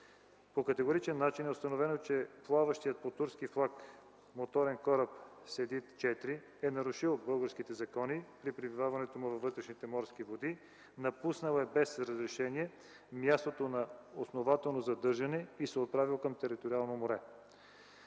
По категоричен начин е установено, че плаващият под турски флаг моторен кораб „Седит 4” е нарушил българските закони при пребиваването му във вътрешните морски води, напуснал е без разрешение мястото на основателно задържане и се е отправил към териториално море.